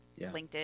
linkedin